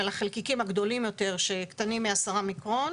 הם החלקיקים הגדולים יותר שקטנים מ-10 מיקרון.